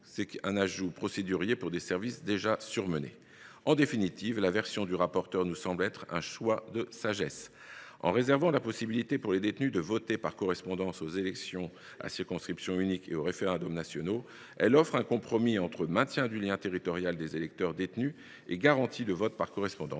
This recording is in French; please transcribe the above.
autre, un ajout procédurier pour des services déjà surmenés. En définitive, la version retenue par le rapporteur nous semble être un choix de sagesse. En réservant la possibilité pour les détenus de voter par correspondance aux élections à circonscription unique et aux référendums nationaux, elle offre un compromis entre le maintien du lien territorial des électeurs détenus et la garantie du vote par correspondance,